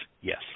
Yes